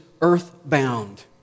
earthbound